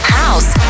house